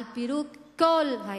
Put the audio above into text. את פירוק כל ההתנחלויות,